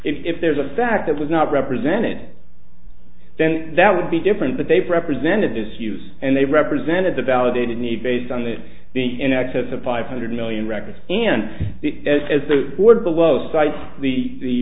if there's a fact that was not represented then that would be different but they've represented this use and they represented the validated need based on that being in excess of five hundred million records and as the board below